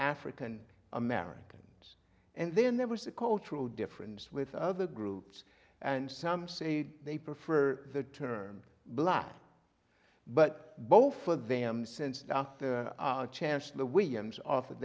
african americans and then there was a cultural difference with other groups and some say they prefer the term black but both for them since chance the williams of